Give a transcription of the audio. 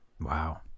Wow